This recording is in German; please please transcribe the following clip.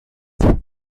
mit